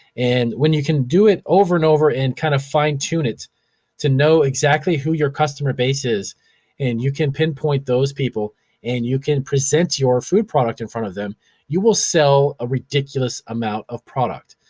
and, when you can do it over and over and kind of fine tune it to know exactly who your customer base is and you can pinpoint those people and you can present your food product in front of them you will sell a ridiculous amount of product.